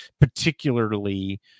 particularly